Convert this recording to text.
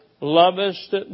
lovest